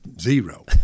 zero